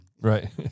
Right